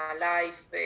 life